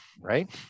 right